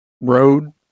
road